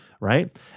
right